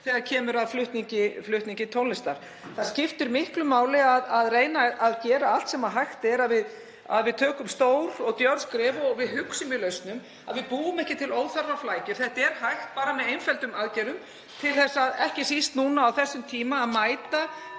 þegar kemur að flutningi tónlistar. Það skiptir miklu máli að reyna að gera allt sem hægt er, að við tökum stór og djörf skref og að við hugsum í lausnum, búum ekki til óþarfaflækjur. Það er hægt með einföldum aðgerðum (Forseti hringir.) og ekki síst núna á þessum tíma að mæta